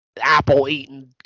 apple-eating